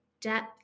depth